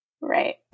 Right